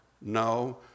No